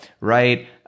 right